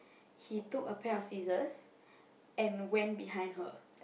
he took a pair of scissors and went behind her